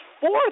fourth